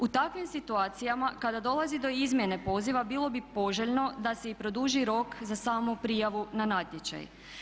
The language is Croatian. U takvim situacijama kada dolazi do izmjene poziva bilo bi poželjno da se i produži rok za samu prijavu na natječaj.